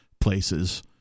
places